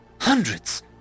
hundreds